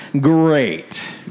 great